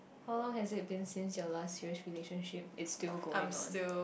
how long has it been since your last serious relationship it's still going on